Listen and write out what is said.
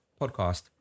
podcast